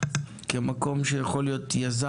עם שיא של טמפרטורה ממוצעת של 17.8 מעלות